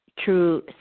true